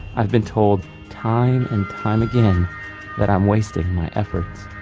i've been told time and time again that i'm wasting my efforts,